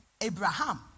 abraham